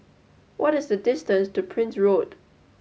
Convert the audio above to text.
what is the distance to Prince Road